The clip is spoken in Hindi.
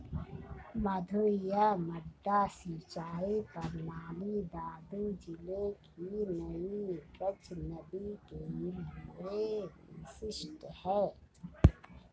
मद्दू या मड्डा सिंचाई प्रणाली दादू जिले की नई गज नदी के लिए विशिष्ट है